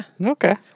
Okay